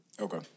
Okay